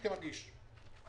אני חותם עליה כמגיש.